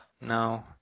No